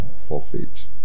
forfeit